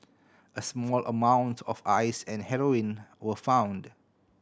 a small amount of Ice and heroin were found